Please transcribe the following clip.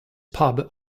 pub